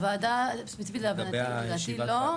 ספציפית לוועדה לדעתי לא.